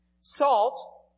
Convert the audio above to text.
Salt